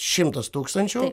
šimtas tūkstančių